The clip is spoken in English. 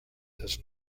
does